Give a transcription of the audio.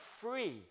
free